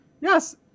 yes